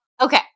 Okay